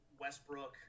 Westbrook